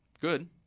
good